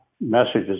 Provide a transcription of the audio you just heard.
messages